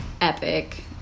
Epic